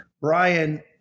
Brian